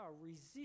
Resist